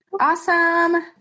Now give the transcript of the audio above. awesome